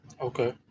Okay